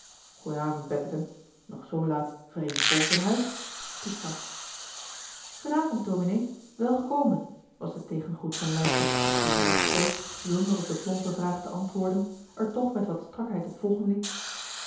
avond betteken nog zoo laat vreemd volk in huis toesprak g'en avond dominé welgekomen was de tegengroet van lijsbeth die rechtstreeks zonder op de plompe vraag te antwoorden er toch met wat strakheid op volgen liet